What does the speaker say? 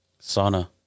sauna